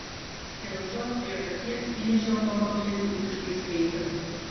dėl šios priežasties finiše automobilis visiškai sveikas